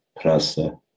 PRASA